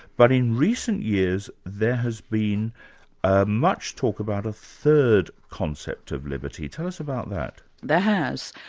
but in recent years there has been much talk about a third concept of liberty. tell us about that. there has.